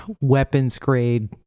weapons-grade